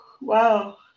wow